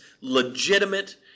legitimate